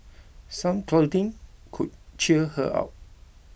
some cuddling could cheer her up